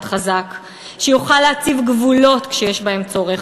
חזק שיוכל להציב גבולות כשיש בהם צורך,